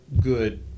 good